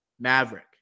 Maverick